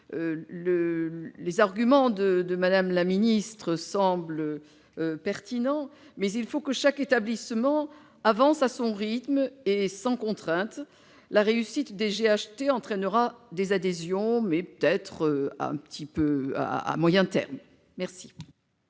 Les arguments de Mme la ministre semblent pertinents, mais il faut que chaque établissement avance à son rythme et sans contrainte. La réussite des GHT entraînera des adhésions, mais peut-être seulement à moyen terme. Quel